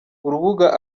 urubuga